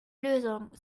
lösung